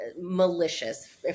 malicious